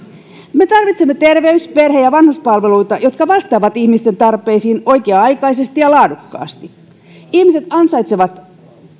me tarvitsemme terveys perhe ja ja vanhuspalveluita jotka vastaavat ihmisten tarpeisiin oikea aikaisesti ja laadukkaasti ihmiset ansaitsevat